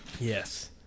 Yes